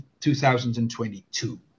2022